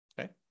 Okay